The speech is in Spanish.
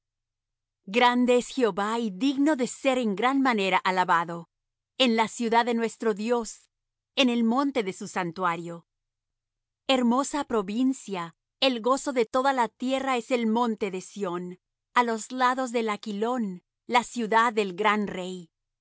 es jehová y digno de ser en gran manera alabado en la ciudad de nuestro dios en el monte de su santuario hermosa provincia el gozo de toda la tierra es el monte de sión á los lados del aquilón la ciudad del gran rey